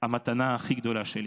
המתנה הכי גדולה שלי.